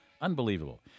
Unbelievable